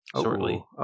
shortly